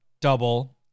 double